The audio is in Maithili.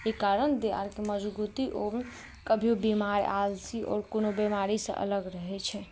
ई कारण जे देह हाथ मजगूती आओर कभियो बीमार आलसी आओर कोनो बीमारी सँ अलग रहै छै